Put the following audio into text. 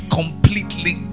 completely